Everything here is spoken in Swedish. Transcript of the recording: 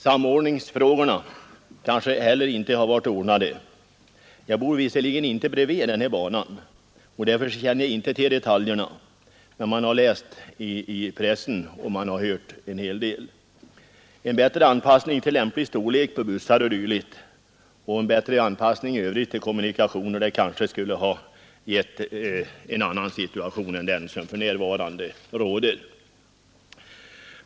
Samordningsfrågorna kanske heller inte har varit ordnade. Jag bor visserligen inte bredvid den här banan och känner därför inte till detaljerna, men jag har läst i pressen och jag har hört en hel del. En lämpligare storlek på bussar o.d. och en bättre anpassning till övriga kommunikationer kanske skulle ha gett en annan situation än den som för närvarande råder.